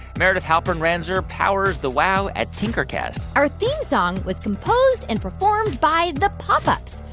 meredith halpern-ranzer powers the wow at tinkercast our theme song was composed and performed by the pop ups.